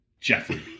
Jeffrey